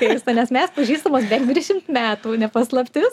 keista nes mes pažįstamos bent dvidešimt metų ne paslaptis